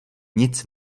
nic